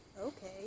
Okay